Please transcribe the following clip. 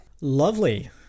Lovely